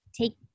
take